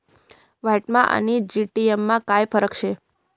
व्हॅटमा आणि जी.एस.टी मा काय फरक शे?